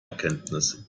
erkenntnis